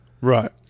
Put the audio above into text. right